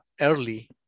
early